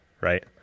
right